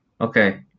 okay